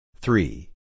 three